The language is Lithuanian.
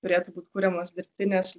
turėtų būt kuriamos dirbtinės